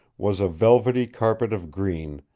was a velvety carpet of green,